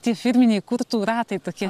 čia firminiai kurtų ratai tokie